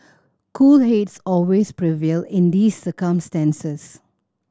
cool heads always prevail in these circumstances